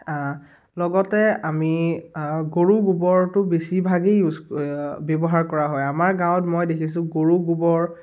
লগতে আমি গৰু গোবৰটো বেছিভাগেই ইউজ ক ব্যৱহাৰ কৰা হয় আমাৰ গাঁৱত মই দেখিছোঁ গৰু গোবৰ